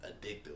addictive